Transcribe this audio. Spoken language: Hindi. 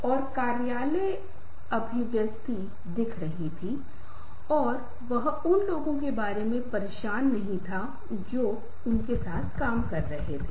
इसलिए हमारे पास यह मौखिक अशाब्दिक रणनीतियां हैं और अब बस कुछ शैलियाँ हैं शैलियों की संख्या है